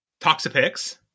Toxapex